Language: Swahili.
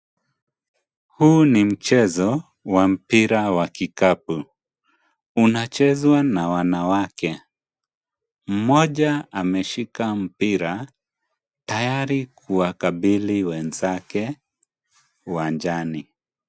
Huu ni mchezo wa mpira wa kikapu unachezwa na wanawake, mmoja ameshika mpira tayari kuwakabili wenzake uwanjani.